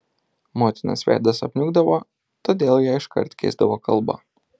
motinos veidas apniukdavo todėl jie iškart keisdavo kalbą